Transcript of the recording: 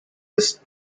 ist